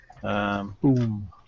Boom